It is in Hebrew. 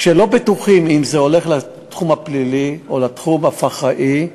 כשלא בטוחים אם זה הולך לתחום הפלילי או לתחום הפח"עי,